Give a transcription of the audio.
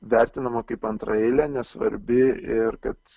vertinama kaip antraeilė nesvarbi ir kad